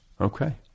Okay